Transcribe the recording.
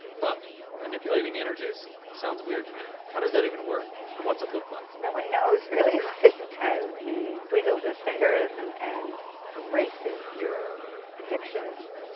but manipulating energies sounds weird to me. how does that even work and what's it look like? no one knows really he does. he wiggles his fingers and and erases your addictions.